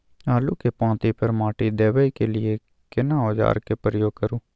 आलू के पाँति पर माटी देबै के लिए केना औजार के प्रयोग करू?